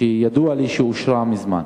שידוע לי שאושרה מזמן?